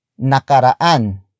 NAKARAAN